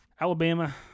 Alabama